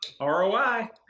ROI